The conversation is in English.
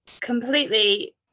completely